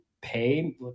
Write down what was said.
pay